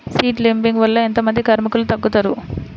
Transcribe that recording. Seed లేంబింగ్ వల్ల ఎంత మంది కార్మికులు తగ్గుతారు?